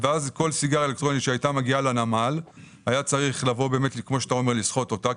אז כל סיגריה אלקטרונית שהייתה מגיעה לנמל היה צריך לבוא ולבדוק אותה.